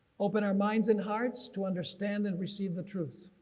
open our minds and hearts to understand and receive the truth.